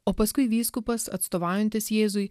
o paskui vyskupas atstovaujantis jėzui